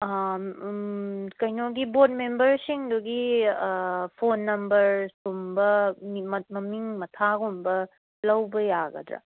ꯀꯩꯅꯣꯒꯤ ꯕꯣꯔꯠ ꯃꯦꯝꯕꯔꯁꯤꯡꯗꯨꯒꯤ ꯐꯣꯟ ꯅꯝꯕꯔꯒꯨꯝꯕ ꯃꯃꯤꯡ ꯃꯊꯥꯒꯨꯝꯕ ꯂꯧꯕ ꯌꯥꯒꯗ꯭ꯔ